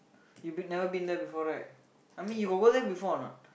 you been never been there before right I mean you got go there before or not